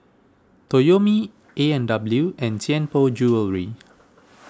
Toyomi A and W and Tianpo Jewellery